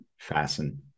fasten